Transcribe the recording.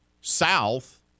South